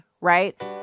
right